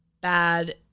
bad